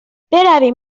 برویم